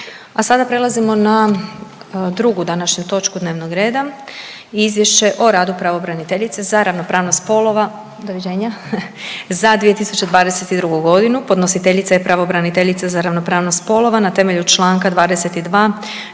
A sada prelazimo na drugu današnju točku dnevnoga reda - Izvješće o radu pravobraniteljice za ravnopravnost spolova za 2022. godinu Podnositeljica: Pravobraniteljica za ravnopravnost spolova na temelju članka 22. Zakona